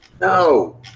No